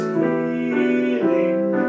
healing